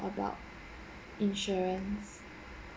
about insurance